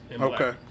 Okay